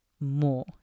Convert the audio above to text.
more